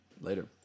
later